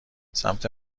سمت